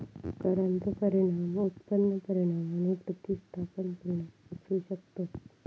करांचो परिणाम उत्पन्न परिणाम आणि प्रतिस्थापन परिणाम असू शकतत